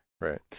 Right